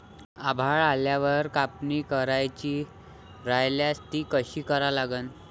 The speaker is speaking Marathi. आभाळ आल्यावर कापनी करायची राह्यल्यास ती कशी करा लागन?